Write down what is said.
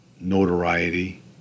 notoriety